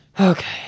Okay